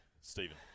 Stephen